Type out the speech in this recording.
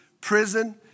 prison